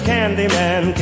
Candyman